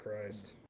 Christ